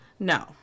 No